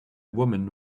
woman